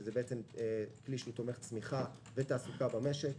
שזה כלי שהוא תומך צמיחה ותעסוקה במשק.